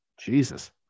Jesus